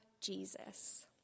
Jesus